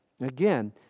again